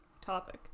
topic